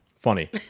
Funny